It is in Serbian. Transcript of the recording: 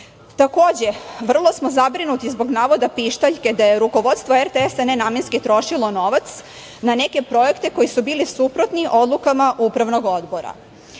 vrlo smo zabrinuti zbog navoda "Pištaljke" da je rukovodstvo RTS nenamenski trošilo novac na neke projekte koji su bili suprotni odlukama Upravnog odbora.